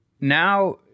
now